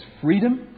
freedom